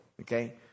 okay